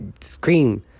scream